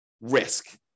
risk